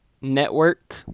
Network